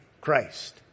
Christ